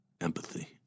empathy